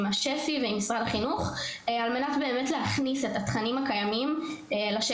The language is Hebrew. מנהל שפ"י ועם משרד החינוך על מנת באמת להכניס את התכנים הקיימים לשטח.